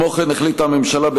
כמו כן החליטה הממשלה,